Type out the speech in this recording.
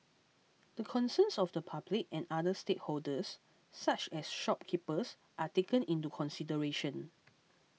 the concerns of the public and other stakeholders such as shopkeepers are taken into consideration